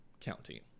county